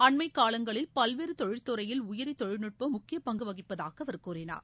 அண்மை காலங்களில் பல்வேறு தொழில்துறைகளில் உயிரி தொழில்நுடபம் முக்கிய பங்கு வகிப்பதாக அவர் கூறினார்